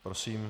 Prosím.